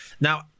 Now